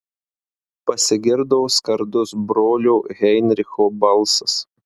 pasigirdo skardus brolio heinricho balsas